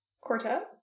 Quartet